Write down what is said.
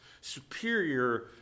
superior